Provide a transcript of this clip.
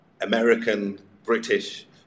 American-British